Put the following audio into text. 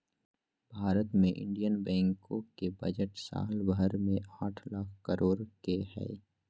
भारत मे इन्डियन बैंको के बजट साल भर मे आठ लाख करोड के हय